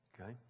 Okay